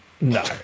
no